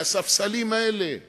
מהספסלים האלה ומהתקשורת: